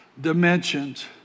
dimensions